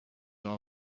all